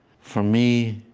for me,